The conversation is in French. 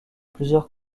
plusieurs